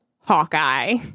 hawkeye